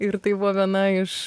ir tai buvo viena iš